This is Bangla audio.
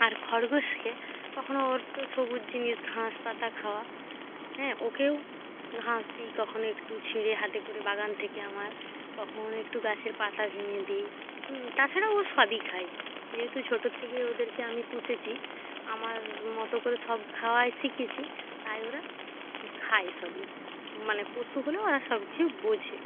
আর খরগোশকে কখনো ওর তো সবুজ জিনিস ঘাঁস পাতা খাওয়া হ্যাঁ ওকেও ঘাস দিই কখনো একটু ছিঁড়ে হাতে করে বাগান থেকে আমার কখনো একটু গাছের পাতা ভেঙে দিই হুম তাছাড়াও ও সবই খায় যেহেতু ছোটোর থেকেই ওদেরকে আমি পুষেছি আমার মতো করে সব খাওয়াই শিখেছি তাই ওরা খায় সবই মানে পশু হলেও ওরা সব কিছু বোঝে